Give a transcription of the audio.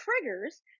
triggers